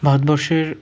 ভারতবর্ষের